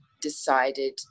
decided